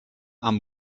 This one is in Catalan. amb